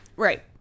Right